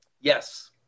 Yes